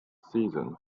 season